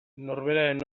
norberaren